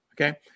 okay